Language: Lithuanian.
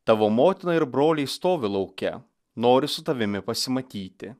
tavo motina ir broliai stovi lauke nori su tavimi pasimatyti